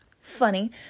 funny